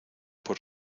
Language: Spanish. por